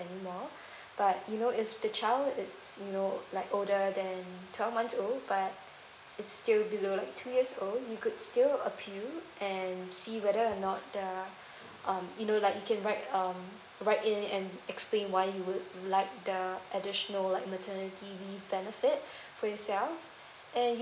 anymore but you know if the child it's you know like older than twelve months old but it's still below like two years old you could still appeal and see whether or not the um you know like you can write um write in and explain why you would like the additional like maternity leave benefit for yourself and